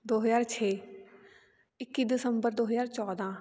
ਦੋ ਹਜ਼ਾਰ ਛੇ ਇੱਕੀ ਦਸੰਬਰ ਦੋ ਹਜ਼ਾਰ ਚੌਦ੍ਹਾਂ